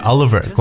Oliver